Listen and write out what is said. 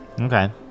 Okay